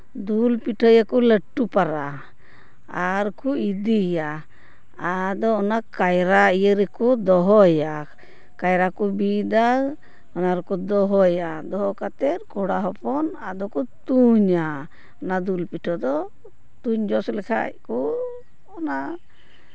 ᱫᱩᱞ ᱯᱤᱴᱷᱟᱹᱭᱟᱠᱚ ᱞᱟᱹᱴᱩ ᱯᱟᱨᱟ ᱟᱨ ᱠᱚ ᱤᱫᱤᱭᱟ ᱟᱫᱚ ᱚᱱᱟ ᱠᱟᱭᱨᱟ ᱤᱭᱟᱹ ᱨᱮᱠᱚ ᱫᱚᱦᱚᱭᱟ ᱠᱟᱭᱨᱟ ᱠᱚ ᱵᱤᱫᱟ ᱚᱱᱟ ᱨᱮᱠᱚ ᱫᱚᱦᱚᱭᱟ ᱫᱚᱦᱚ ᱠᱟᱛᱮᱜ ᱠᱚᱲᱟ ᱦᱚᱯᱚᱱ ᱟᱫᱚ ᱠᱚ ᱛᱩᱧᱟ ᱚᱱᱟ ᱫᱩᱞ ᱯᱤᱴᱷᱟᱹ ᱫᱚ ᱛᱩᱧ ᱡᱚᱥ ᱞᱮᱠᱷᱟᱱ ᱠᱚ ᱚᱱᱟ